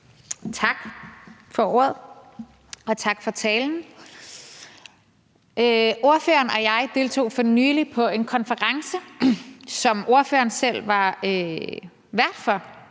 Tak for ordet, og tak for talen. Ordføreren og jeg deltog for nylig i en konference, som ordføreren selv var vært for.